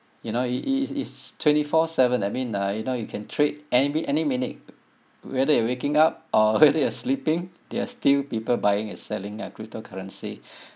you know it it it it's twenty four seven that mean uh you know you can trade any any minute whether you waking up or whether you're sleeping there are still people buying and selling uh cryptocurrency